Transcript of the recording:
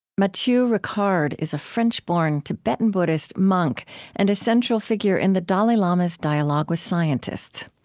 matthieu ricard is a french-born, tibetan buddhist monk and a central figure in the dalai lama's dialogue with scientists.